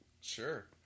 Sure